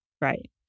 Right